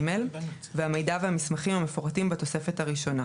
והמידע והמסמכים המפורטים בתוספת הראשונה,